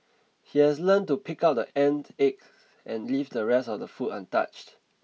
he has learnt to pick out the ant eggs and leave the rest of the food untouched